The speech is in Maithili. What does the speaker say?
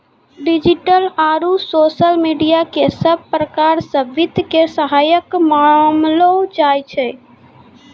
डिजिटल आरू सोशल मिडिया क सब प्रकार स वित्त के सहायक मानलो जाय छै